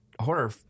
horror